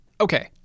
Okay